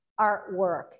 artwork